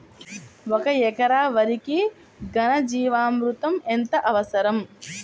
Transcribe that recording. ఒక ఎకరా వరికి ఘన జీవామృతం ఎంత అవసరం?